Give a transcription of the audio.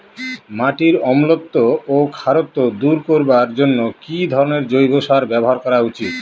মাটির অম্লত্ব ও খারত্ব দূর করবার জন্য কি ধরণের জৈব সার ব্যাবহার করা উচিৎ?